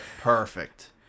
perfect